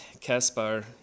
Kaspar